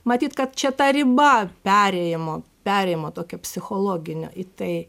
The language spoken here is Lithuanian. matyt kad čia ta riba perėjimo perėjimo tokio psichologinio į tai